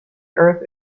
earth